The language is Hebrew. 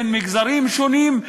בין מגזרים שונים,